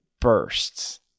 bursts